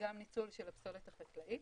וגם ניצול של פסולת חקלאית.